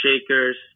shakers